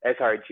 SRG